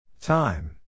Time